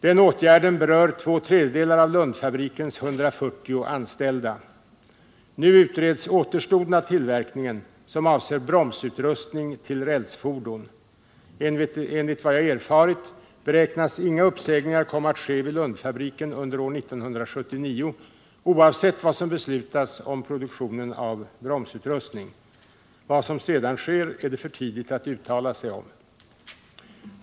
Denna åtgärd berör två tredjedelar av Lundfabrikens 140 anställda. Nu utreds återstoden av tillverkningen, som avser bromsutrustning till rälsfordon. Enligt vad jag har erfarit beräknas inga uppsägningar komma att ske vid Lundfabriken under år 1979, oavsett vad som beslutas om produktionen av bromsutrustning. Vad som sedan sker är det för tidigt att uttala sig om.